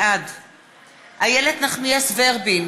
בעד איילת נחמיאס ורבין,